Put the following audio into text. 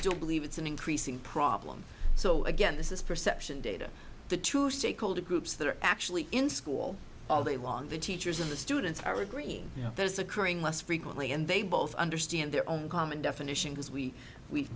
still believe it's an increasing problem so again this is perception data the true stakeholder groups that are actually in school all day long the teachers in the students are agreeing you know there's occurring less frequently and they both understand their own common definition because we we